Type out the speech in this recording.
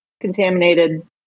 contaminated